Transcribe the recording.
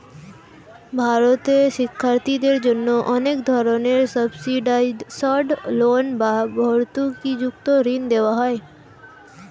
ভারতে শিক্ষার্থীদের জন্য অনেক ধরনের সাবসিডাইসড লোন বা ভর্তুকিযুক্ত ঋণ দেওয়া হয়